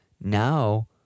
now